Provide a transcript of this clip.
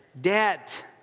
Debt